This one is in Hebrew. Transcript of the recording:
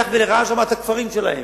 הלך וראה שם את הכפרים שלהם,